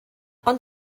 ond